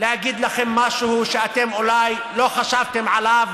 להגיד לכם משהו שאולי לא חשבתם עליו,